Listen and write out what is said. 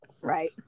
right